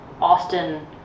Austin